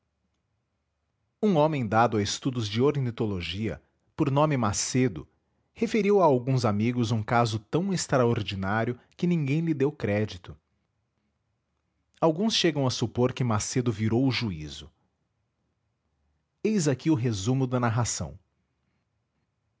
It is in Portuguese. dado a estudos de ornitologia por nome macedo referiu a alguns amigos um caso tão extraordinário que ninguém lhe deu crédito alguns chegam a supor que macedo virou o juízo eis aqui o resumo da narração